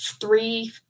three